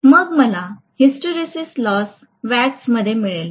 मग मला hysteresis loss वॅट्समध्ये मिळेल